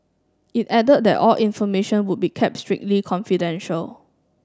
it added that all information would be kept strictly confidential